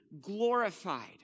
glorified